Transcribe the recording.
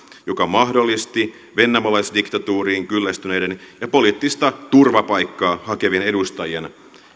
joka mahdollisti vennamolaisdiktatuuriin kyllästyneiden ja poliittista turvapaikkaa hakevien edustajien